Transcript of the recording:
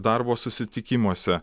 darbo susitikimuose